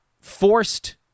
forced